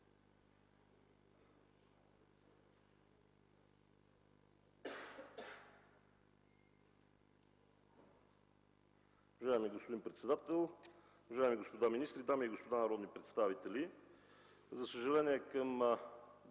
Уважаеми господин председател, уважаеми господа министри, дами и господа народни представители! За съжаление към